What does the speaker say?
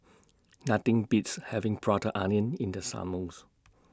Nothing Beats having Prata Onion in The Summers